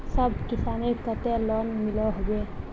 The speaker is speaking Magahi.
सब किसानेर केते लोन मिलोहो होबे?